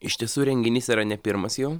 iš tiesų renginys yra ne pirmas jau